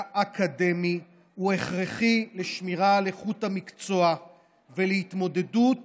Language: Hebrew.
אקדמי הכרחי לשמירה על איכות המקצוע ולהתמודדות